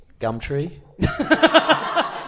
Gumtree